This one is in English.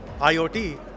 IoT